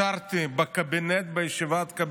יש שחיתות, יש כפייה דתית,